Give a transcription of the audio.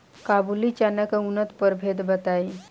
काबुली चना के उन्नत प्रभेद बताई?